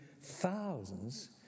thousands